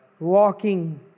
walking